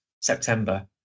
September